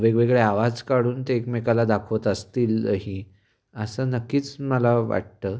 वेगवेगळे आवाज काढून ते एकमेकाला दाखवत असतीलही असं नक्कीच मला वाटतं